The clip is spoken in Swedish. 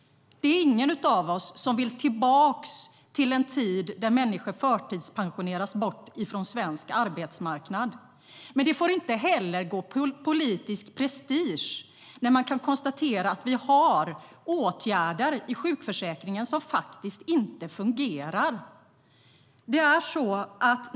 Det är ingen av oss som vill tillbaka till en tid då människor förtidspensioneras bort från svensk arbetsmarknad. Men det får inte heller bli politisk prestige när man kan konstatera att vi har åtgärder i sjukförsäkringen som inte fungerar.